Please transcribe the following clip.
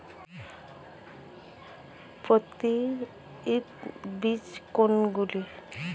প্রত্যায়িত বীজ কোনগুলি?